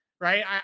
Right